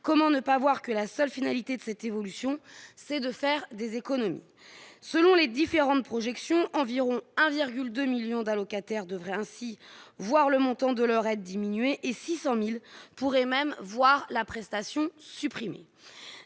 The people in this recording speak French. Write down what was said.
comment ne pas voir que la seule finalité de cette évolution, c'est de faire des économies, selon les différentes projections environ 1,2 1000000 d'allocataires devraient ainsi voir le montant de leur être diminué et 600000 pourraient même voir la prestation supprimer